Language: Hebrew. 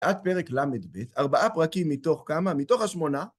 עד פרק ל"ב, ארבעה פרקים מתוך כמה? מתוך השמונה.